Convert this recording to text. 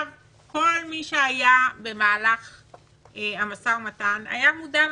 כל מי שהיה במהלך המשא-ומתן, היה מודע למשמעויות.